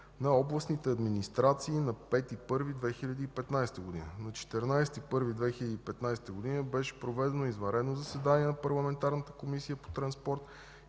на областните администрации на 5 януари 2015 г. На 14 януари 2015 г. беше проведено извънредно заседание на парламентарната Комисия по транспорт,